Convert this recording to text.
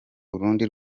urundi